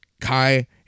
Kai